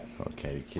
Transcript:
Okay